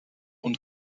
und